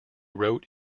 wrote